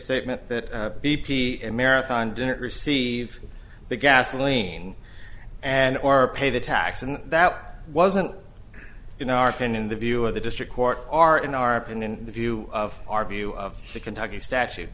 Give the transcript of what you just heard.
statement that b p in marathon didn't receive the gasoline and or pay the tax and that wasn't in our opinion the view of the district court are in our opinion the view of our view of the kentucky statute